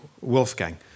Wolfgang